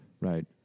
Right